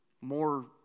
more